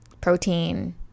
protein